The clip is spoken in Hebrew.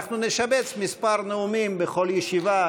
אנחנו נשבץ מספר נאומים בכל ישיבה,